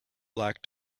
black